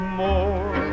more